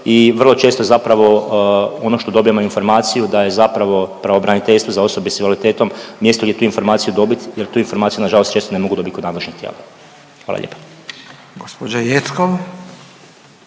i vrlo često je zapravo ono što dobivamo informaciju da je zapravo pravobraniteljstvo za osobe s invaliditetom mjesto gdje tu informaciju dobit jer tu informaciju nažalost često ne mogu dobit kod nadležnih tijela. Hvala lijepa.